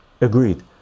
agreed